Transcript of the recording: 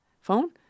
phone